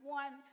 one